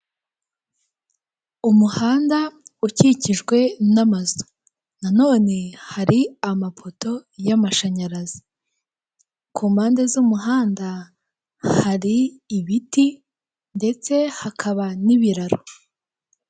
Umuhanda ukikijwa n'amazu nanone hari amapoto y'amashanyarazi ku mpande z'umuhanda hari ibiti ndese hakaba n'ibiraro.